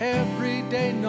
everyday